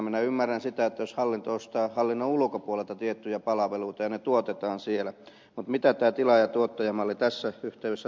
minä ymmärrän sen jos hallinto ostaa hallinnon ulkopuolelta tiettyjä palveluita ja ne tuotetaan siellä mutta mitä tämä tilaajatuottaja malli tässä yhteydessä tarkoittaa